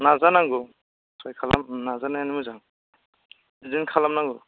नाजानांगौ ट्राय खालाम नाजानायानो मोजां बिदिनो खालामनांगौ